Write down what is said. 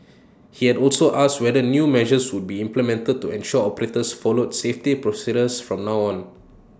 he had also asked whether new measures would be implemented to ensure operators follow safety procedures from now on